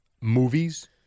Movies